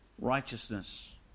righteousness